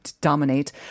dominate